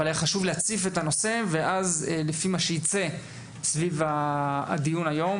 אבל היה חשוב להציף את הנושא ואז לפי מה שיצא סביב הדיון היום,